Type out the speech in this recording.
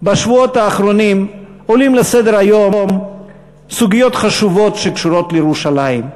בשבועות האחרונים עולות לסדר-היום סוגיות חשובות שקשורות לירושלים,